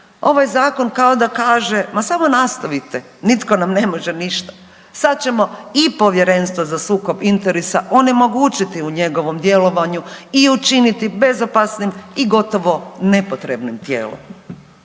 ovaj Zakon kao da kaže, ma samo nastavite, nitko nam ne može ništa. Sad ćemo i Povjerenstvo za sukob interesa onemogućiti u njegovom djelovanju i učiniti bezopasnim i gotovo nepotrebnim tijelom.